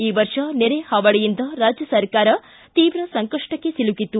ಈ ವರ್ಷ ನೆರೆ ಹಾವಳಿಯಿಂದ ರಾಜ್ಯ ಸರ್ಕಾರ ತೀವ್ರ ಸಂಕಷ್ಟಕ್ಕೆ ಸಿಲುಕಿತ್ತು